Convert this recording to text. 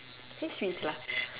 think sweets lah